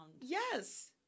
Yes